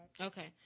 Okay